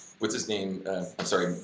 what's his name, i'm sorry,